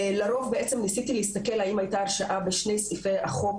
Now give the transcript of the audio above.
לרוב ניסיתי להסתכל האם היתה הרשעה בשני סעיפי החוק